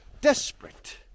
desperate